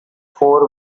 for